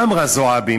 מה אמרה זועבי?